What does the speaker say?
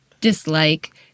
dislike